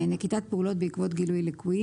120.נקיטת פעולות בעקבות גילוי ליקויים